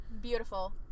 Beautiful